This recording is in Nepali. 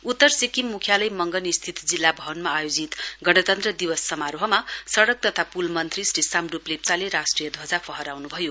उतर सिक्किम मुख्यालय मंगन स्थिङ जिल्ला भवनमा आयोजित गणतन्त्र दिवस समारोहमा सइक तथा पुल मन्त्री श्री साम्ड्रप लेप्चाले राष्ट्रिय ध्वजा फहराउनुभयो